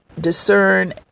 discern